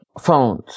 phones